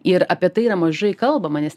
ir apie tai yra mažai kalbama nes